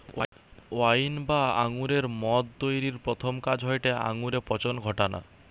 wine বা আঙুরের মদ তৈরির প্রথম কাজ হয়টে আঙুরে পচন ঘটানা